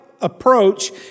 Approach